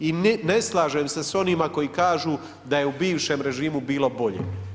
I ne slažem se sa onima koji kažu da je u bivšem režimu bilo bolje.